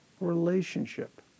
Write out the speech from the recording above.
relationship